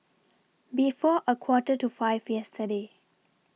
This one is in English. before A Quarter to five yesterday